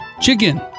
chicken